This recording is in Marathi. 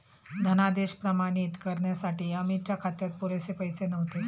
धनादेश प्रमाणित करण्यासाठी अमितच्या खात्यात पुरेसे पैसे नव्हते